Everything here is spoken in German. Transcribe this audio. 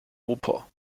oper